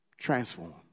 Transform